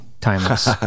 timeless